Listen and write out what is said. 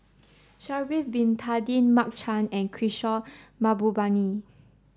Sha'ari Bin Tadin Mark Chan and Kishore Mahbubani